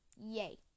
Yay